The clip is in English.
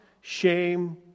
shame